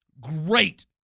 great